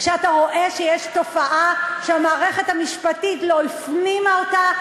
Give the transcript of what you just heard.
כשאתה רואה שיש תופעה שהמערכת המשפטית לא הפנימה אותה.